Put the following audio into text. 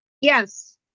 Yes